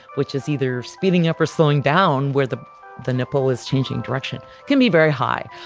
which is either speeding up or slowing down where the the nipple is changing direction can be very high.